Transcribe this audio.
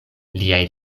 liaj